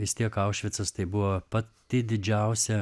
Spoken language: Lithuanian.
vis tiek aušvicas tai buvo pati didžiausia